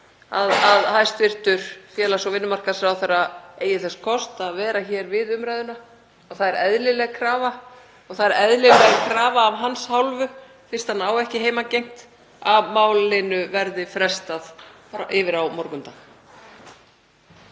að hæstv. félags- og vinnumarkaðsráðherra eigi þess kost að vera hér við umræðuna og það er eðlileg krafa. Það er eðlileg krafa af hans hálfu, fyrst hann á ekki heimangengt, að málinu verði frestað fram á morgundaginn.